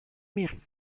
mairie